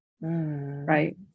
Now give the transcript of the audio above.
right